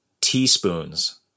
teaspoons